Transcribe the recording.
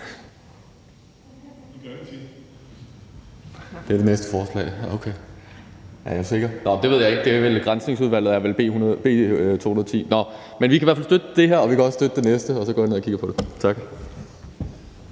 det er det næste forslag – okay. B 110 handler vel om Granskningsudvalget, men vi kan i hvert fald støtte det her, og vi kan også støtte det næste forslag, og så går jeg ned og kigger på det. Tak.